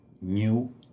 new